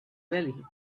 really